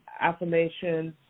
affirmations